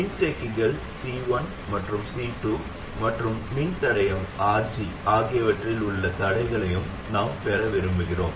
மின்தேக்கிகள் C1 மற்றும் C2 மற்றும் மின்தடையம் RG ஆகியவற்றில் உள்ள தடைகளையும் நாம் பெற விரும்புகிறோம்